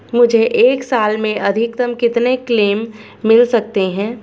मुझे एक साल में अधिकतम कितने क्लेम मिल सकते हैं?